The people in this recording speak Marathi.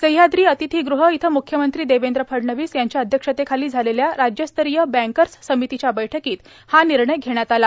सहयाद्री अतिथीगृह इथं म्ख्यमंत्री देवेंद्र फडणवीस यांच्या अध्यक्षतेखाली झालेल्या राज्यस्तरीय बँकर्स समितीच्या बैठकीत हा निर्णय घेण्यात आला